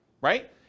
right